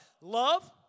Love